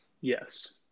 Yes